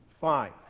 fine